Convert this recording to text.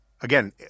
again